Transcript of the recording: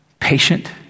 patient